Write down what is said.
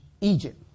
Egypt